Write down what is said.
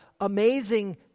amazing